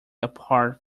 apart